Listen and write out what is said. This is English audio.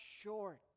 short